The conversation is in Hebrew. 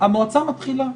המועצה מתחילה.